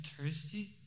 thirsty